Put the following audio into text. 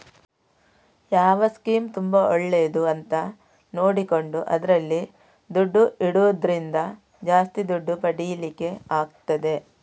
ಯಾವ ಸ್ಕೀಮ್ ತುಂಬಾ ಒಳ್ಳೇದು ಅಂತ ನೋಡಿಕೊಂಡು ಅದ್ರಲ್ಲಿ ದುಡ್ಡು ಇಡುದ್ರಿಂದ ಜಾಸ್ತಿ ದುಡ್ಡು ಪಡೀಲಿಕ್ಕೆ ಆಗ್ತದೆ